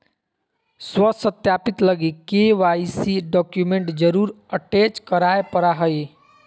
स्व सत्यापित लगी के.वाई.सी डॉक्यूमेंट जरुर अटेच कराय परा हइ